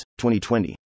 2020